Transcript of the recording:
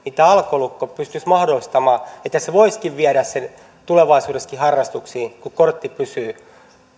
tämä alkolukko pystyisi mahdollistamaan että hän voisikin viedä lapsen tulevaisuudessakin harrastuksiin kun kortti pysyy